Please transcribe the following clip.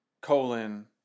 colon